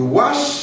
wash